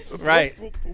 Right